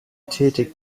tätig